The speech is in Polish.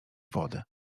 wody